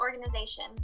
organization